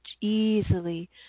easily